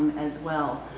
as well.